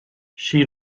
she